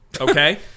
Okay